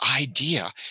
idea